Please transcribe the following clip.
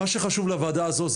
מה שחשוב לוועדה הזו,